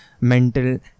mental